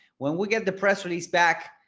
when we get the press release back,